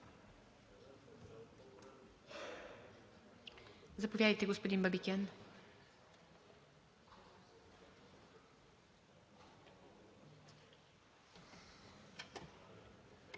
заповядайте, господин Бабикян.